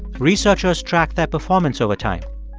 researchers tracked their performance over time.